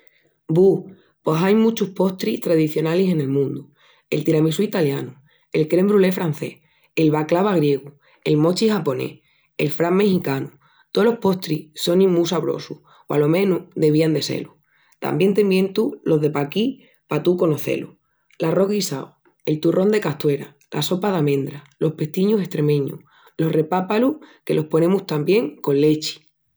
Bu! Pos ain muchus postris tradicionalis en el mundu! El tiramisú italianu, el crème brûlée francés, el baklava griegu, el mochi japonés, el fran mexicanu... Tolos postris sonin mu saborosus o, alo menus, devían de se-lu! Tamién te mientu los de paquí pa tú conocé-lus. L'arrós guisau, el turrón de Castuera, la sopa d'amendra, los pestiñus estremeñus, los repápalus que los ponemus tamién con lechi...